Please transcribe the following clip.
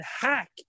hack